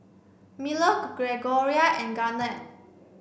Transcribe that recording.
Miller Gregorio and Garnett